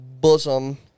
bosom